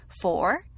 Four